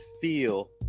feel